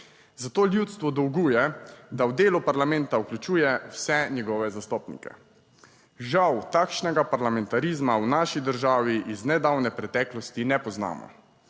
zato ljudstvu dolguje, da v delo parlamenta vključuje vse njegove zastopnike. Žal takšnega parlamentarizma v naši državi iz nedavne preteklosti ne poznamo.